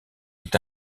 est